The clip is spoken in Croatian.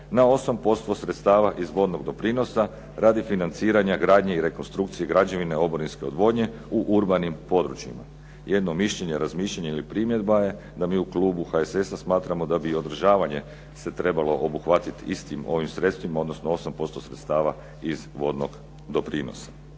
na 8% sredstava iz vodnog doprinosa radi financiranja gradnje i rekonstrukcije građevine oborinske odvodnje u urbanim područjima. Jedno mišljenje, razmišljanje ili primjedba je da mi u Klubu HSS-a smatramo da bi održavanje se trebalo obuhvatiti istim ovim sredstvima odnosno 8% sredstava iz vodnog doprinosa.